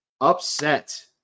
upset